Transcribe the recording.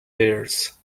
ears